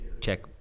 check